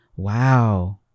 wow